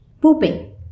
pooping